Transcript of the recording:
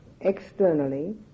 externally